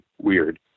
weird